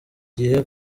gihe